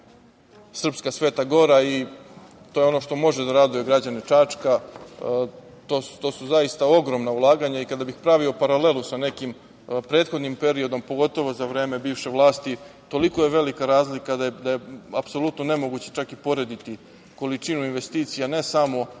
srpska Sveta Gora. To je ono što može da raduje građane Čačka. To su zaista ogromna ulaganja. Kada bih pravio paralelu sa nekim prethodnim periodom, pogotovo za vreme bivše vlasti, toliko je velika razlika da je apsolutno nemoguće čak i porediti količinu investicija ne samo